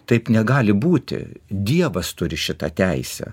taip negali būti dievas turi šitą teisę